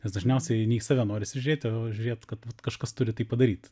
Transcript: nes dažniausiai ne į save norisi žiūrėt o žiūrėt kad kažkas turi tai padaryt